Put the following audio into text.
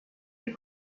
est